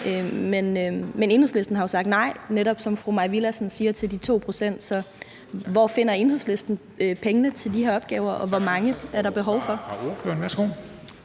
Men Enhedslisten har jo sagt nej til de 2 pct., som fru Mai Villadsen netop siger. Så hvor finder Enhedslisten pengene til de her opgaver, og hvor mange er der behov for?